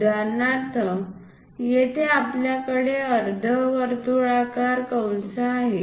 उदाहरणार्थ येथे आपल्याकडे अर्धवर्तुळाकार कंस आहे